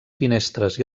finestres